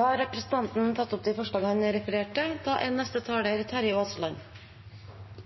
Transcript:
Da har representanten Bengt Rune Strifeldt tatt opp forslaget han refererte til. Det å ta vare på naturen er